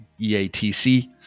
EATC